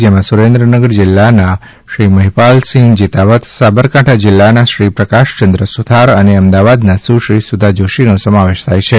જેમાં સુરેન્દ્રનગર જિલ્લાના શ્રી મહિપાલસિંહ જેતાવત સાબરકાંઠા જિલ્લાના શ્રી પ્રકાશયંદ્ર સુથાર અને અમદાવાદના સુશ્રી સુધા જોષીનો સમાવેશ થાય છે